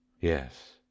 Yes